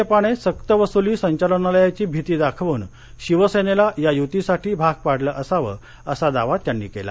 भाजपाने सक्तवसूली संचालनालयाची भीती दाखवून शिवसेनेला या यूतीसाठी भाग पाडलं असावं असा दावा त्यांनी केला